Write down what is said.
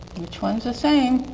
each one is the same.